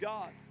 God